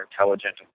intelligent